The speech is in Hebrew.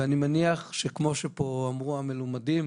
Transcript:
החוסר באמת של ההסדרה של נושא השטחים הפתוחים משאיר אותנו,